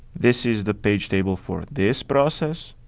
this is the page table for this process.